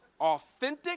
authentic